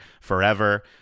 forever